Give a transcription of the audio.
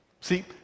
See